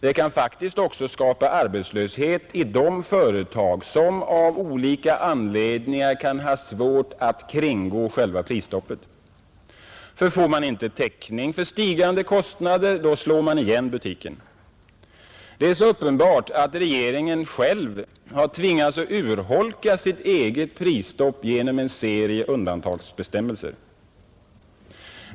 Det kan också skapa arbetslöshet i de företag, som av olika anledningar har svårt att kringgå själva prisstoppet. Får man inte täckning för stigande kostnader slår man igen. Det är så uppenbart att regeringen själv tvingats urholka sitt eget prisstopp genom en serie undantagsbestämmelser.